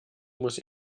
muss